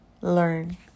learn